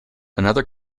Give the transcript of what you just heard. another